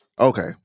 Okay